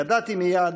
ידעתי מייד,